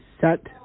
set